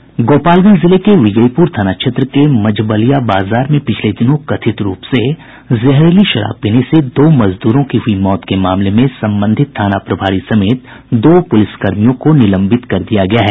गोपालगंज जिले के विजयीपूर थाना क्षेत्र के मझबलिया बाजार में पिछले दिनों कथित रूप से जहरीली शराब पीने से दो मजदूरों की हयी मौत के मामले में संबंधित थाना प्रभारी समेत दो पुलिसकर्मियों को निलंबित कर दिया गया है